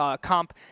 comp